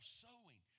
sowing